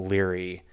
Leary